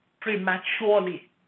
prematurely